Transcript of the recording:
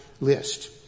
list